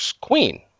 Queen